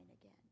again